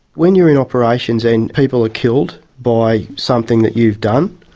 when you're in operations and people are killed by something that you've done,